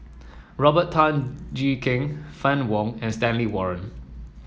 Robert Tan Jee Keng Fann Wong and Stanley Warren